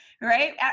right